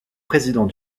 président